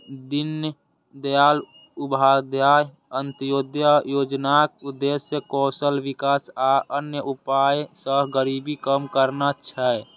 दीनदयाल उपाध्याय अंत्योदय योजनाक उद्देश्य कौशल विकास आ अन्य उपाय सं गरीबी कम करना छै